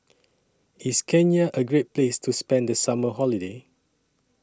IS Kenya A Great Place to spend The Summer Holiday